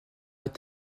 est